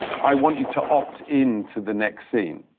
i want you to opt in to the next scene.